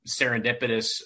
serendipitous